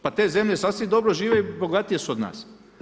Pa te zemlje sasvim dobro žive i bogatije su od nas.